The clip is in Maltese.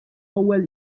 ewwel